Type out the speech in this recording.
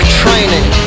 training